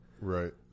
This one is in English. Right